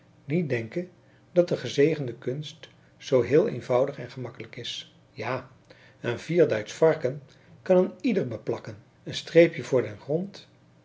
niet denken dat de gezegde kunst zoo heel eenvoudig en gemakkelijk is ja een vierduits varken kan een ieder beplakken een streepje voor den grond